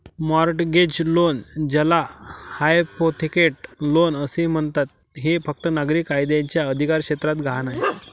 mortgage loan, ज्याला hypothecate loan असेही म्हणतात, हे फक्त नागरी कायद्याच्या अधिकारक्षेत्रात गहाण आहे